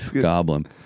Goblin